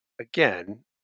Again